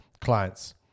Clients